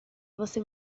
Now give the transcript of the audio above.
você